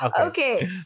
Okay